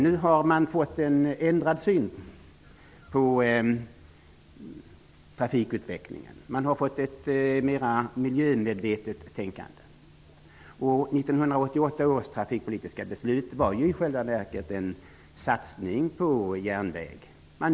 Nu har vi fått en ändrad syn på trafikutvecklingen. Vi har fått ett mer miljömedvetet tänkande. 1988 års trafikpolitiska beslut var i själva verket en satsning på järnväg.